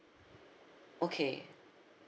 okay